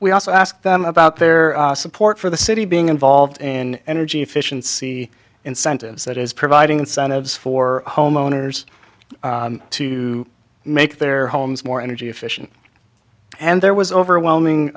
we also ask them about their support for the city being involved in energy efficiency incentives that is providing incentives for homeowners to make their homes more energy efficient and there was overwhelming